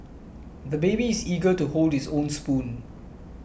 the baby is eager to hold his own spoon